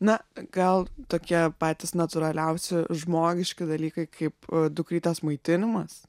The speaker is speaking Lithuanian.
na gal tokie patys natūraliausi žmogiški dalykai kaip dukrytės maitinimas